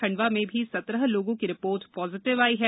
खण्डवा में भी सत्रह लोगों की रिपोर्ट पॉजिटिव आई है